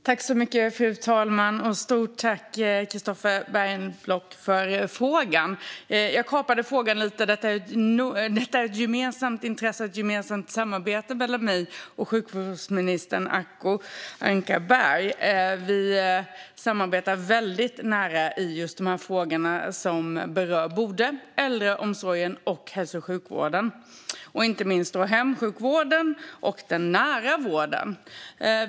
Fru talman! Stort tack för frågan, Christofer Bergenblock! Jag kapade den lite. Det är ett gemensamt intresse för mig och sjukvårdsministern, Acko Ankarberg Johansson. Vi samarbetar väldigt nära i just frågorna som berör både äldreomsorgen och hälso och sjukvården, inte minst hemsjukvården och den nära vården.